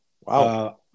Wow